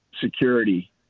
security